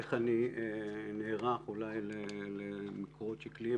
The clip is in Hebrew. איך אני נערך אולי למקורות שקליים